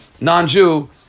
non-Jew